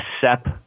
SEP